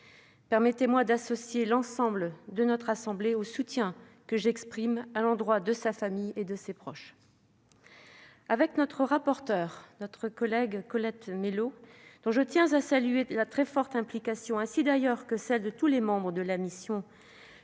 Permettez-moi d'associer l'ensemble de notre assemblée au soutien que j'exprime à l'endroit de sa famille et de ses proches. Avec notre rapporteure, Colette Mélot, dont je tiens à saluer la très forte implication, ainsi d'ailleurs que celle de tous les membres de la mission,